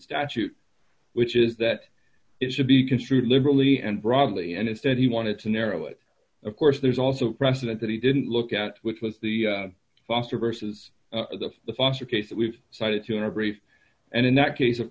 statute which is that it should be construed liberally and broadly and instead he wanted to narrow it of course there's also precedent that he didn't look at which was the foster versus the foster case that we've cited to in a brief and in that case of